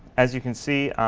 as you can see,